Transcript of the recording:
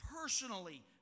personally